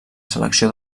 selecció